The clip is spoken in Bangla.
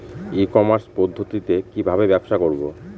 ই কমার্স পদ্ধতিতে কি ভাবে ব্যবসা করব?